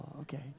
okay